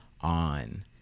on